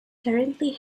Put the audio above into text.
currently